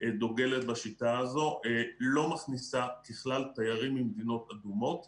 דוגלות בשיטה הזו לא מכניסה תיירים ממדינות אדומות ככלל.